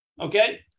Okay